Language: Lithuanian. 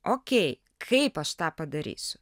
okey kaip aš tą padarysiu